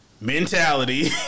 Mentality